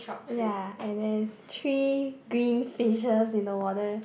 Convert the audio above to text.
ya and there is three green fishes in the water